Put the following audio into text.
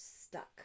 stuck